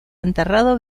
enterrado